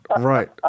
right